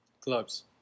clubs